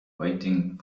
waiting